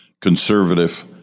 Conservative